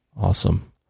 Awesome